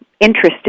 interested